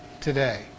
today